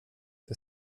det